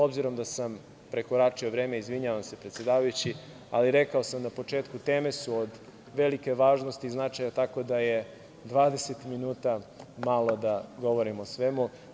Obzirom da sam prekoračio vreme, izvinjavam se predsedavajući, ali rekao sam na početku, teme su od velike važnosti i značaja, tako da je 20 minuta malo da govorim o svemu.